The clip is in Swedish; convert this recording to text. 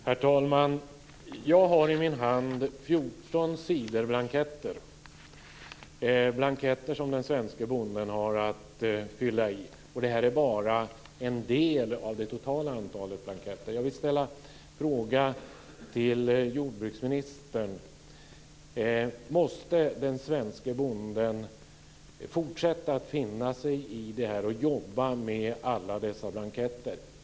Herr talman! Jag har i min hand 14 sidor med blanketter, blanketter som den svenske bonden har att fylla i, och det här är bara en del av det totala antalet blanketter. Måste den svenske bonden fortsätta att finna sig i att jobba med alla dessa blanketter?